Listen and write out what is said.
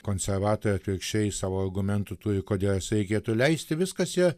konservatoriai atvirkščiai savo argumentų turi kodėl jas reikėtų leisti viskas yra